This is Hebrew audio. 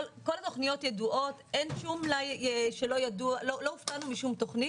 התמשכות משך הבנייה אף היא משפיעה על מדד תשומות הבנייה.